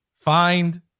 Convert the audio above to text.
find